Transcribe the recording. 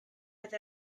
oedd